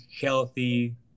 healthy